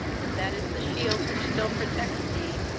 but that is the shield which still protects thee,